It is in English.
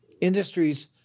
Industries